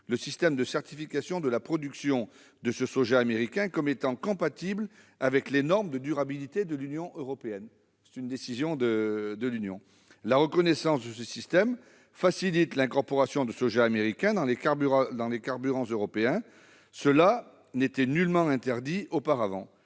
le système de certification de la production du soja américain comme étant compatible avec les normes de durabilité de l'Union européenne. La reconnaissance de ce système facilite l'incorporation de soja américain dans les carburants européens. Cela n'était nullement interdit auparavant.